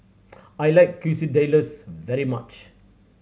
I like Quesadillas very much